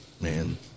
man